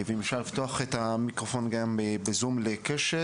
אם אפשר לפתוח את המיקרופון גם בזום לקשת,